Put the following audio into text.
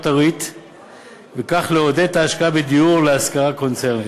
הריט וכך לעודד את ההשקעה בדיור להשכרה קונצרנית.